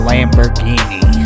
Lamborghini